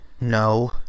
No